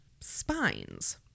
spines